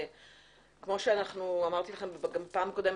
כמו שאמרתי לכם גם בפעם הקודמת,